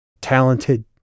talented